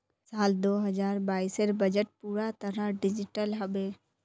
साल दो हजार बाइसेर बजट पूरा तरह डिजिटल हबे